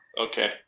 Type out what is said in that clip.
Okay